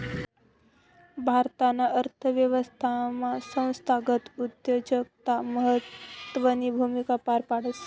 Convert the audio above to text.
भारताना अर्थव्यवस्थामा संस्थागत उद्योजकता महत्वनी भूमिका पार पाडस